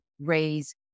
raise